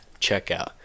checkout